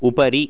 उपरि